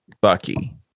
Bucky